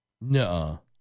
No